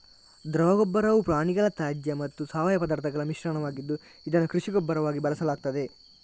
ದ್ರವ ಗೊಬ್ಬರವು ಪ್ರಾಣಿಗಳ ತ್ಯಾಜ್ಯ ಮತ್ತು ಸಾವಯವ ಪದಾರ್ಥಗಳ ಮಿಶ್ರಣವಾಗಿದ್ದು, ಇದನ್ನು ಕೃಷಿ ಗೊಬ್ಬರವಾಗಿ ಬಳಸಲಾಗ್ತದೆ